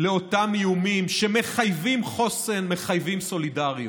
לאותם איומים שמחייבים חוסן, מחייבים סולידריות.